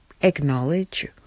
acknowledge